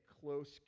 close